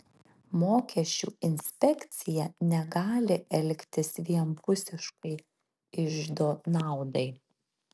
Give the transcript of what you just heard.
mokesčių inspekcija negali elgtis vienpusiškai iždo naudai